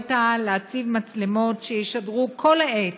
הורית להציב מצלמות שישדרו כל העת